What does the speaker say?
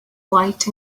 white